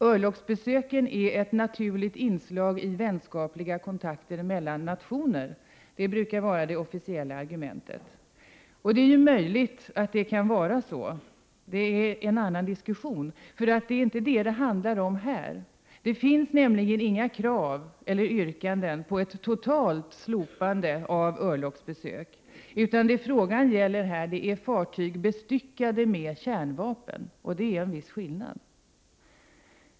Örlogsbesöken är ett naturligt inslag i vänskapliga kontakter mellan nationer, brukar vara ett officiellt argument. Det är möjligt att det kan vara så. Men det är inte detta det handlar om här. Det finns nämligen inga krav eller yrkanden på ett totalt slopande av örlogsbesök. Det frågan gäller är besök av fartyg bestyckade med kärnvapen. Det är en viss skillnad.